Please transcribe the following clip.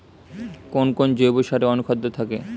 কোন কোন জৈব সারে অনুখাদ্য থাকে?